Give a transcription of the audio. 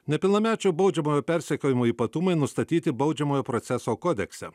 nepilnamečių baudžiamojo persekiojimo ypatumai nustatyti baudžiamojo proceso kodekse